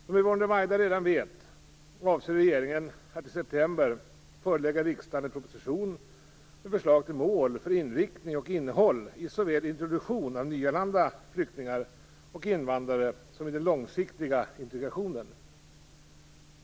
Som Yvonne Ruwaida redan vet avser regeringen att i september förelägga riksdagen en proposition med förslag till mål för, samt inriktning och innehåll i såväl introduktionen av nyanlända flyktingar och invandrare som den långsiktiga integrationen.